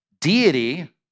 Deity